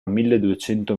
milleduecento